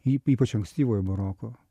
y ypač ankstyvojo baroko